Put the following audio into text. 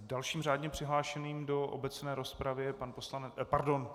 Dalším řádně přihlášeným do obecné rozpravy je pan poslanec Pardon.